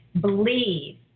believe